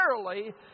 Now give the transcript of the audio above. primarily